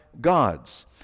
gods